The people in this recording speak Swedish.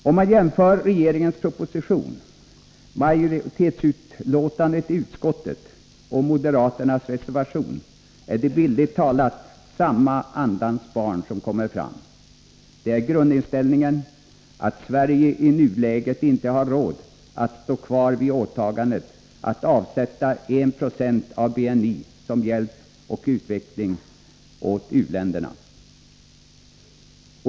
Om man jämför regeringens proposition, majoritetsutlåtandet i utskottet och moderaternas reservation är det bildligt talat samma andas barn som kommer fram. Det är grundinställningen att Sverige i nuläget inte har råd att stå kvar vid åtagandet att avsätta 1 20 av BNI för hjälp och utveckling i u-länderna.